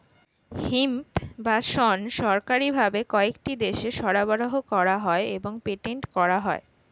hemp বা শণ সরকারি ভাবে কয়েকটি দেশে সরবরাহ করা হয় এবং পেটেন্ট করা হয়